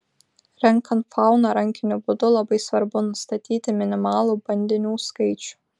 renkant fauną rankiniu būdu labai svarbu nustatyti minimalų bandinių skaičių